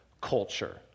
culture